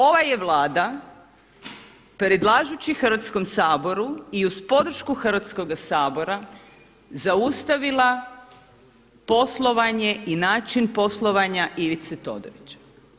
Ova je Vlada predlažući Hrvatskom saboru i uz podršku Hrvatskoga sabora zaustavila poslovanje i način poslovanja Ivice Todorića.